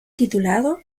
titulado